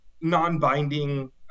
non-binding